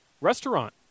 restaurant